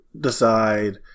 decide